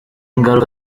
ngaruka